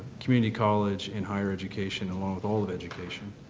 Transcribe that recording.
community college and higher education along with all of education.